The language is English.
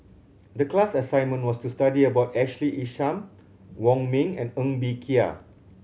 the class assignment was to study about Ashley Isham Wong Ming and Ng Bee Kia